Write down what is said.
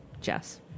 Jess